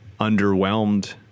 underwhelmed